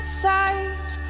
sight